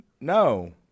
No